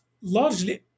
largely